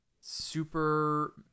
super